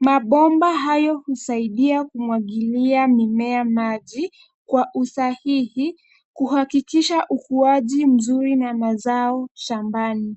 Mabomba hayo husaidia kumwagilia mimea maji kwa usahihi kuhakikisha ukuaji mzuri na mazao shambani.